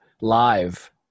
live